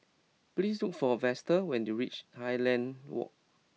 please look for Vester when you reach Highland Walk